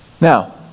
Now